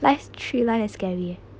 less three line is scary eh